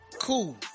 cool